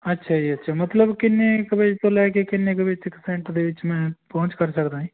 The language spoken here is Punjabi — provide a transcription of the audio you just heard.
ਅੱਛਾ ਜੀ ਅੱਛਾ ਮਤਲਬ ਕਿੰਨੇ ਕੁ ਵਜੇ ਤੋਂ ਲੈ ਕੇ ਕਿੰਨੇ ਕੁ ਵਜੇ ਤੱਕ ਸੈਂਟਰ ਦੇ ਵਿੱਚ ਮੈਂ ਪਹੁੰਚ ਕਰ ਸਕਦਾਂ ਜੀ